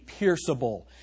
pierceable